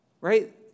Right